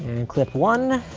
clip one